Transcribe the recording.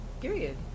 Period